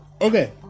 Okay